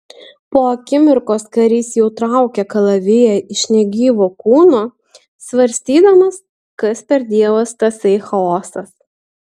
po akimirkos karys jau traukė kalaviją iš negyvo kūno svarstydamas kas per dievas tasai chaosas